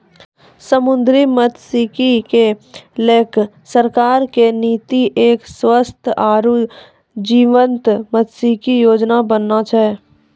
समुद्री मत्सयिकी क लैकॅ सरकार के नीति एक स्वस्थ आरो जीवंत मत्सयिकी योजना बनाना छै